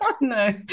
no